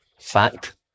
Fact